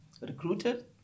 recruited